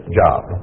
job